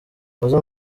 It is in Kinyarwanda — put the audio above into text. fazzo